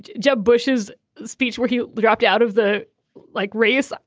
jeb bush's speech where he dropped out of the like race.